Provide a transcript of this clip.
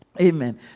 Amen